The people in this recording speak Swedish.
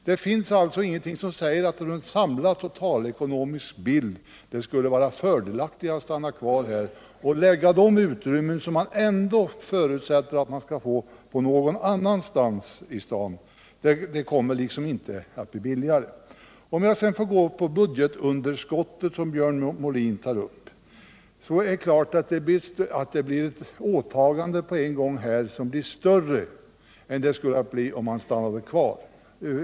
Det finns alltså ingenting som säger att det för att man skulle få en samlad totalekonomisk bild av läget skulle vara fördelaktigast för riksdagen att stanna kvar och lägga de utrymmen som man ändock förutsätter kommer att behövas på någon annan plats i staden. Det skulle inte bli billigare. Om jag sedan får gå till frågan om budgetunderskottet, som Björn Molin tog upp, vill jag säga att det är klart att det blir ett budgetåtagande på en gång, vilket givetvis blir större vid en flyttning än det skulle bli om vi stannade kvar.